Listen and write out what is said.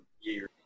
years